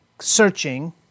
searching